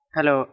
Hello